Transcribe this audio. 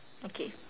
okay